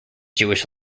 jewish